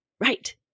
Right